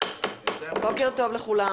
ביוני